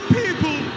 people